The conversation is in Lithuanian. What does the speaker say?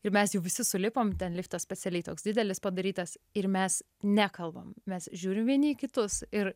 ir mes jau visi sulipom ten liftas specialiai toks didelis padarytas ir mes nekalbame mes žiūrim vieni kitus ir